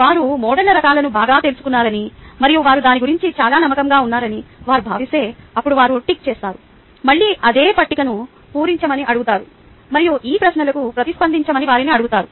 వారు మోడళ్ల రకాలను బాగా తెలుసుకున్నారని మరియు వారు దాని గురించి చాలా నమ్మకంగా ఉన్నారని వారు భావిస్తే అప్పుడు వారు టిక్ చేస్తారు మళ్ళీ అదే పట్టికను పూరించమని అడుగుతారు మరియు ఈ ప్రశ్నలకు ప్రతిస్పందించమని వారిని అడుగుతారు